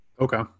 Okay